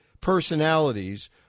personalities